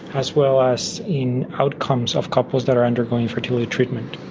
as well as in outcomes of couples that are undergoing fertility treatment.